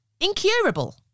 incurable